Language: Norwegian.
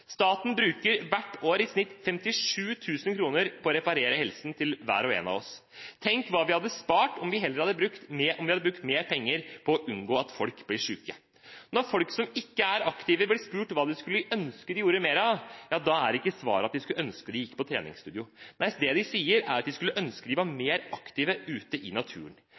Staten bruker hvert år i snitt 57 000 kr på å reparere helsen til hver og en av oss. Tenk hva vi hadde spart om vi hadde brukt mer penger på å unngå at folk blir syke. Når folk som ikke er aktive, blir spurt om hva de skulle ønske de gjorde mer av, er ikke svaret at de skulle ønske at de gikk på treningsstudio. Nei, det de sier, er at de skulle ønske at de var mer aktive ute i naturen.